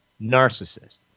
narcissist